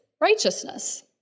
righteousness